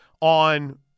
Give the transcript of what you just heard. on